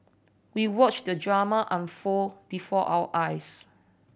we watched the drama unfold before our eyes